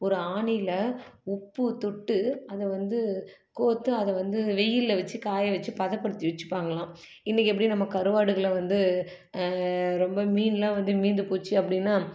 ஒரு ஆணியில உப்பு தொட்டு அதை வந்து கோர்த்து அதை வந்து வெயில்ல வச்சி காய வச்சி பதப்படுத்தி வச்சிப்பாங்கலாம் இன்றைக்கி எப்படி நம்ம கருவாடுகளை வந்து ரொம்ப மீன்லாம் வந்து மீந்து போச்சு அப்படின்னா